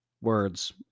words